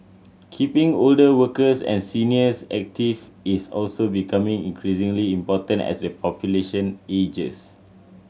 keeping older workers and seniors active is also becoming increasingly important as the population ages